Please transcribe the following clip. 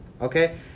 okay